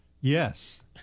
Yes